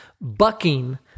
bucking